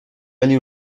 ولی